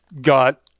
got